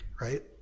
right